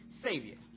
Savior